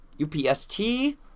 UPST